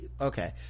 okay